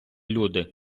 люди